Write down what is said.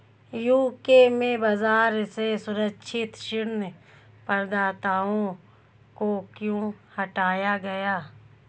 UK में बाजार से सुरक्षित ऋण प्रदाताओं को क्यों हटाया गया?